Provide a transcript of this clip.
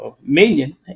minion